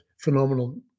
phenomenal